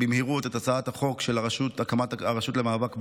במהירות את הצעת החוק של הקמת הרשות למאבק בעוני,